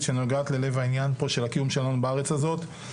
שנוגעת ללב העניין פה של הקיום שלנו בארץ הזאת.